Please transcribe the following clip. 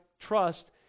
trust